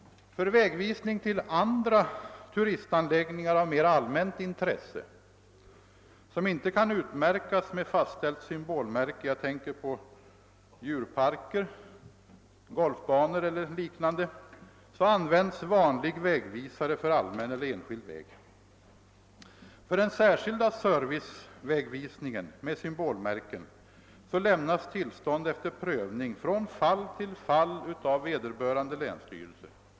För vägvisning till andra turistanläggningar av mer allmänt intresse, som inte kan utmärkas med fastställt symbolmärke — jag tänker på djurparker, golfbanor eller liknande — används vanlig vägvisare för allmän eller enskild väg. För den särskilda servicevägvisningen med symbolmärken lämnas tillstånd efter prövning från fall till fall av vederbörande länsstyrelse.